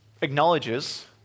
acknowledges